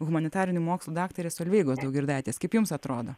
humanitarinių mokslų daktarės solveigos daugirdaitės kaip jums atrodo